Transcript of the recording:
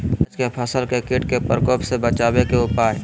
प्याज के फसल के कीट के प्रकोप से बचावे के उपाय?